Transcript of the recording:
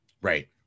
Right